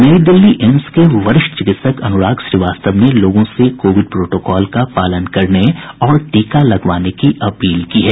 नई दिल्ली एम्स के वरिष्ठ चिकित्सक अनुराग श्रीवास्तव ने लोगों से कोविड प्रोटोकॉल का पालन करने और टीका लगवाने की अपील की है